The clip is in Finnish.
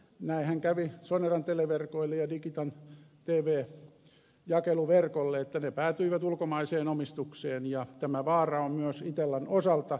näinhän kävi soneran televerkoille ja digitan tv jakeluverkolle että ne päätyivät ulkomaiseen omistukseen ja tämä vaara on myös itellan osalta